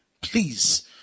please